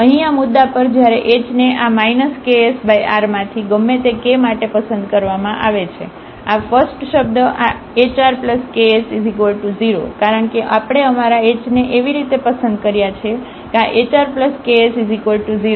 તેથી અહીં આ મુદ્દા પર જ્યારે h ને આ ksr માંથી ગમે તે K માટે પસંદ કરવામાં આવે છે આ ફસ્ટશબ્દ આ hr ks 0 કારણ કે આપણે અમારા h ને એવી રીતે પસંદ કર્યા છે કે આ hr ks 0